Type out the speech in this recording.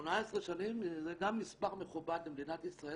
18 שנים זה גם מספר מכובד למדינת ישראל